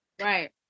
right